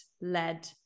led